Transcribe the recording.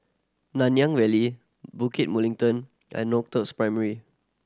Nanyang Valley Bukit Mugliston and Northoaks Primary